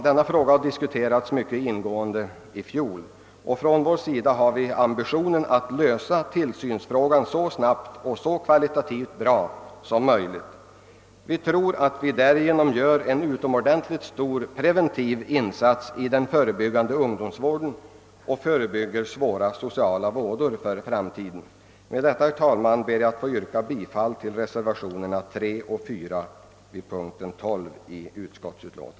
Denna fråga diskuterades mycket ingående i fjol. Från vår sida har vi ambitionen att se till att det blir en så snabb och så kvalitativt högtstående lösning av tillsynsfrågan som möjligt. Vi tror att en sådan lösning skulle innebära en stor preventiv insats i ungdomsvården, som kunde förebygga stora sociala vådor. Herr talman! Jag ber att få yrka bifall till reservationerna 3 och 4 a.